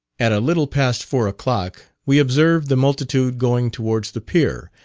at a little past four o'clock, we observed the multitude going towards the pier,